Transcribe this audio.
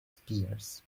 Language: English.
spears